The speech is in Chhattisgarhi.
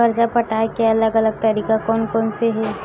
कर्जा पटाये के अलग अलग तरीका कोन कोन से हे?